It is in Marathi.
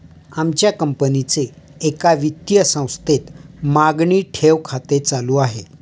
आमच्या कंपनीचे एका वित्तीय संस्थेत मागणी ठेव खाते चालू आहे